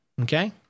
Okay